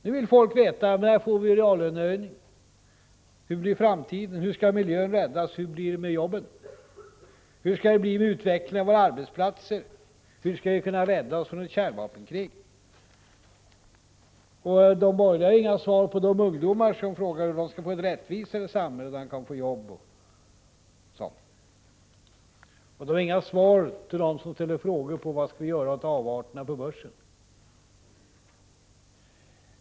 Nu vill folk veta när de kan få en reallönehöjning, hur framtiden skall bli, hur miljön skall räddas, hur det blir med jobben, hur utvecklingen av arbetsplatserna skall bli, hur vi skall kunna rädda oss från ett kärnvapenkrig. De borgerliga har inga svar till de ungdomar som frågar hur de kan få ett rättvisare samhälle, där de kan få jobb. De har inga svar till dem som frågar vad man skall göra åt avarterna på börsen.